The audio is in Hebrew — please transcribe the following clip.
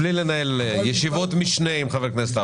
בלי לנהל ישיבות משנה עם חבר הכנסת האוזר.